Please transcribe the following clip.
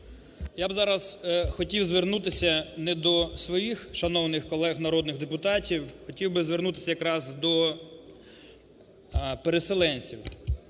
Я б зараз хотів звернутися не до своїх шановних колег народних депутатів, хотів би звернутися якраз до переселенців,